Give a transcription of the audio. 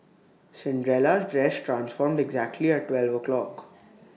Cinderella's dress transformed exactly at twelve o'clock